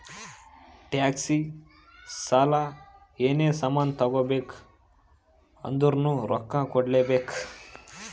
tax, ಸಾಲ, ಏನೇ ಸಾಮಾನ್ ತಗೋಬೇಕ ಅಂದುರ್ನು ರೊಕ್ಕಾ ಕೂಡ್ಲೇ ಬೇಕ್